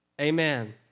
amen